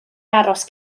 aros